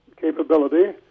capability